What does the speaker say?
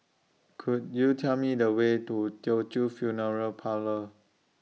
Could YOU Tell Me The Way to Teochew Funeral Parlour